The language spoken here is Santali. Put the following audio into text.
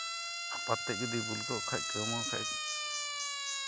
ᱟᱯᱟᱛ ᱛᱮᱫ ᱡᱩᱫᱤ ᱵᱩᱞ ᱠᱚᱡ ᱠᱷᱟᱱ ᱠᱟᱹᱣᱼᱢᱟᱹᱣ ᱠᱷᱟᱱ